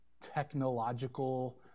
technological